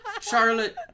Charlotte